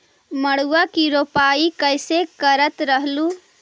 मड़उआ की रोपाई कैसे करत रहलू?